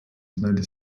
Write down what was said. знайде